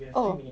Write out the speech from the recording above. oh